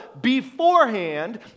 beforehand